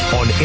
on